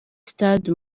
stade